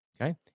Okay